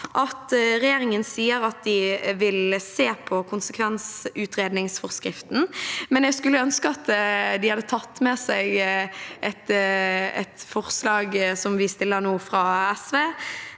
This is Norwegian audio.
at regjeringen sier at de vil se på konsekvensutredningsforskriften, men jeg skulle ønske de hadde tatt med seg forslaget vi, SV